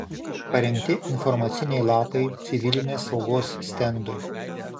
parengti informaciniai lapai civilinės saugos stendui